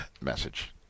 message